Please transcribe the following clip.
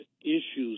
issues